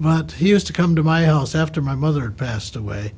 but he used to come to my house after my mother passed away